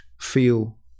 feel